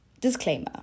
Disclaimer